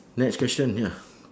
next question ya